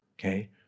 okay